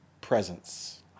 presence